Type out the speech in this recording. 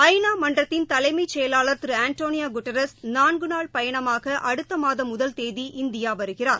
ஐ நா மன்றத்தின் தலைமைச்செயலாளர் திரு அன்டோனியோ குட்ரஸ் நான்கு நாள் பயணமாக அடுத்த மாதம் முதல் தேதி இந்தியா வருகிறார்